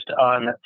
on